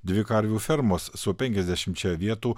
dvi karvių fermos su penkiasdešimčia vietų